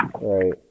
Right